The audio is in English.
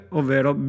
ovvero